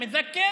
(אומר בערבית: זוכר?)